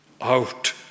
out